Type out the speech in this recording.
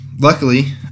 Luckily